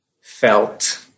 felt